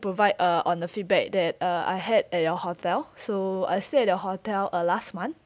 provide uh on the feedback that uh I had at your hotel so I stay at your hotel uh last month